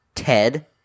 Ted